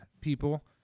people